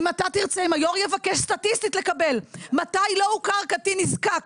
אם היו"ר יבקש סטטיסטית לקבל מתי לא הוכר קטין נזקק